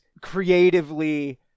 creatively